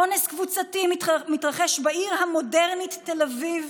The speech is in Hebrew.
אונס קבוצתי מתרחש בעיר המודרנית תל אביב,